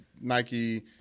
Nike